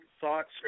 thoughts